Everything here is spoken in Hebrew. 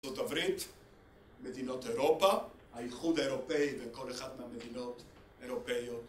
ארצות הברית, מדינות אירופה, האיחוד האירופאי בכל אחת מהמדינות האירופאיות.